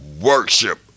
Worship